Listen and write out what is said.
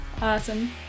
Awesome